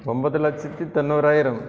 ஒம்பது லட்சத்து தொண்ணூறாயிரம்